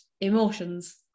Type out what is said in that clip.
emotions